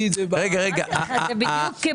שהתייחס לנקודות המרכזיות שהעליתם,